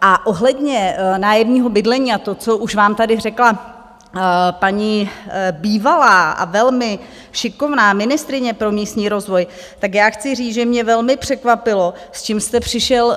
A ohledně nájemního bydlení a toho, co už vám tady řekla paní bývalá a velmi šikovná ministryně pro místní rozvoj, tak já chci říct, že mě velmi překvapilo, s čím jste přišel